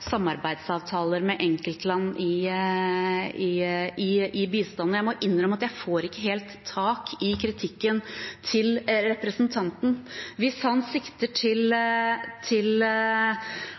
samarbeidsavtaler med enkeltland i bistanden. Jeg må innrømme at jeg får ikke helt tak i kritikken til representanten. Hvis han sikter til de landene som støttet voteringen i FNs sikkerhetsråd knyttet til